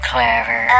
Clever